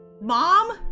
mom